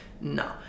no